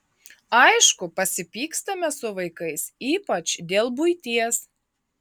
aišku pasipykstame su vaikais ypač dėl buities